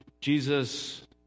Jesus